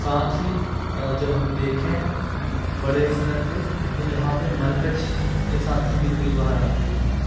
साथ ही जब हम देखें बड़े स्तर पर तो यहाँ पर मरकज़ के साथी भी कई बार आते हैं